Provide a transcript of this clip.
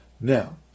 Now